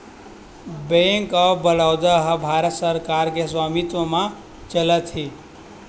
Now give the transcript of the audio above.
bank of Baroda ह भारत सरकार के स्वामित्व म चलत हे